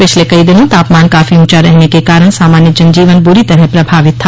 पिछले कई दिनों तापमान काफी ऊँचा रहने के कारण सामान्य जन जीवन बुरी तरह प्रभावित था